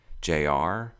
jr